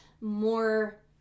more